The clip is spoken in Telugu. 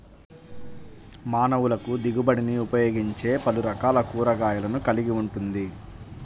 మానవులకుదిగుబడినిఉపయోగించేపలురకాల కూరగాయలను కలిగి ఉంటుంది